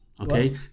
Okay